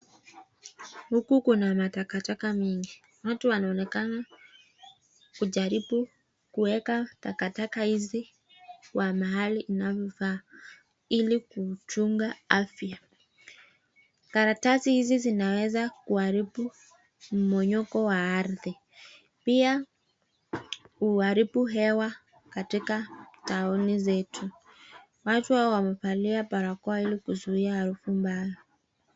Huku kuna matakataka mengi, watu wanaonekana kujaribu kuweka takataka hizi kwa mahali inavyofaa ili kuchunga afya. Karatasi hizi zinaweza kuharibu mmomonyoko wa ardhi pia huaribu hewa katika taoni zetu. Watu wawe wamevalia barakoa ili kuzuia harufu mbaya.